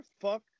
fuck